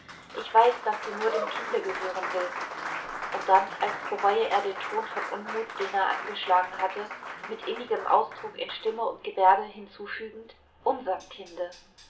ich weiß daß du nur dem kinde gehören willst um dann als bereue er den ton von unmut den er angeschlagen hatte mit innigem ausdruck in stimme und gebärde hinzuzufügen unserm kinde